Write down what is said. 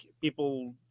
people